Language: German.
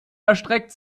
erstreckt